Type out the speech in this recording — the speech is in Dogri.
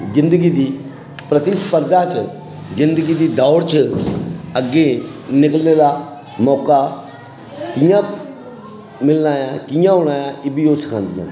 जिंदगी दी प्रतिस्पर्धा च जिंदगी दी दौड़ च अग्गें निकलने दा मौका कि'यां मिलना ऐ कि'यां होना ऐ इ'ब्बी ओह् सखांदियां न